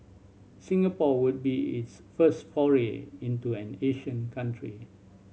Singapore would be its first foray into an Asian country